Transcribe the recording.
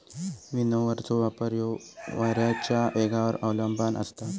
विनोव्हरचो वापर ह्यो वाऱ्याच्या येगावर अवलंबान असता